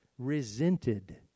resented